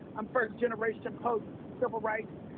i'm first-generation post-civil rights.